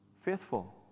faithful